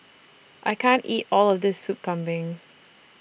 I can't eat All of This Sup Kambing